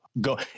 go